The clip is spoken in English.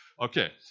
Okay